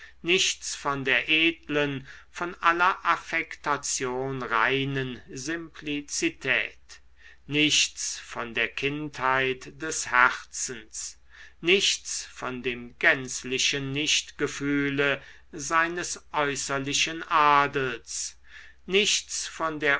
nichts von der edlen von aller affektation reinen simplizität nichts von der kindheit des herzens nichts von dem gänzlichen nichtgefühle seines äußerlichen adels nichts von der